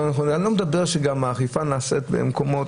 אני אביא לכם דוגמה שקיבלתי